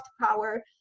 power